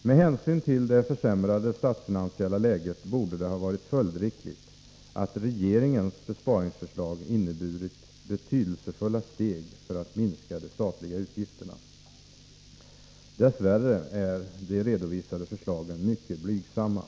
Med hänsyn till det försämrade statsfinansiella läget borde det ha varit följdriktigt att regeringens besparingsförslag inneburit betydelsefulla steg för att minska de statliga utgifterna. Dess värre är de redovisade förslagen mycket blygsamma.